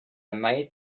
made